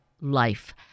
Life